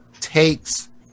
takes